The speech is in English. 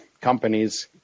companies